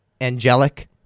angelic